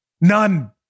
None